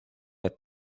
had